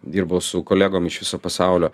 dirbau su kolegom iš viso pasaulio